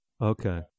Okay